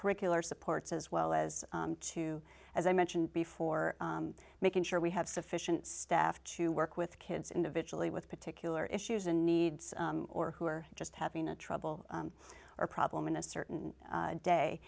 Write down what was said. curricular supports as well as to as i mentioned before making sure we have sufficient staff to work with kids individually with particular issues and needs or who are just having a trouble or a problem in a certain